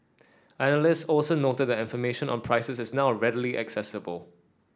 analyst also noted that information on prices is now readily accessible